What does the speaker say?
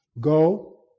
Go